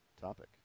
topic